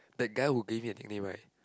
that guy who gave me that name right